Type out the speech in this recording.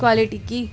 quality کی